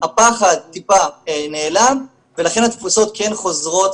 הפחד טיפה נעלם ולכן התפוסות כן חוזרות